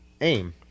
AIM